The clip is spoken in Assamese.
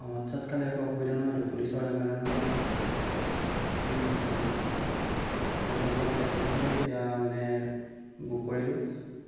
অঁ মদ চদ খালে একো অসুবিধা নহয়তো পুলিচৰ জামেলা নহয় নহয় ঠিক আছে অঁ নৱেম্বৰৰ সাতাইছ তাৰিখে তেতিয়া মানে বুক কৰিলোঁ